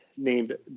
named